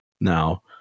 now